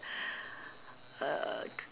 uh